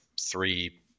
three